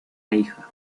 hija